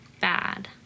bad